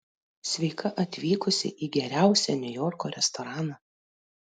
sveika atvykusi į geriausią niujorko restoraną